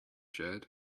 shared